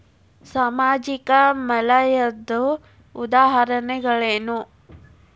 ಸಾಮಾಜಿಕ ವಲಯದ್ದು ಉದಾಹರಣೆಗಳೇನು?